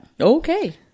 Okay